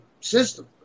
system